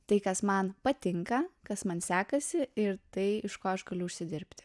tai kas man patinka kas man sekasi ir tai iš ko aš galiu užsidirbti